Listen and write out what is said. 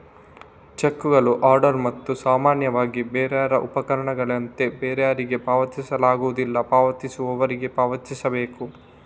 ಚೆಕ್ಕುಗಳು ಆರ್ಡರ್ ಮತ್ತು ಸಾಮಾನ್ಯವಾಗಿ ಬೇರರ್ ಉಪಪಕರಣಗಳಂತೆ ಬೇರರಿಗೆ ಪಾವತಿಸಲಾಗುವುದಿಲ್ಲ, ಪಾವತಿಸುವವರಿಗೆ ಪಾವತಿಸಬೇಕು